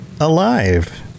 alive